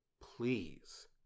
Please